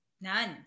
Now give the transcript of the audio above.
None